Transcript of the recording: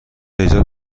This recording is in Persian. ایجاد